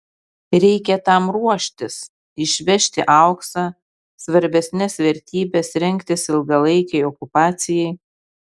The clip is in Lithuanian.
reikia tam ruoštis išvežti auksą svarbesnes vertybes rengtis ilgalaikei okupacijai